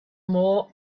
more